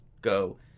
go